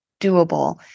doable